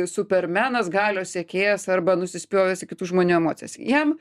supermenas galios sekėjas arba nusispjovęs į kitų žmonių emocijas jam